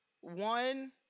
one